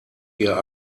ihr